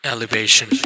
Elevation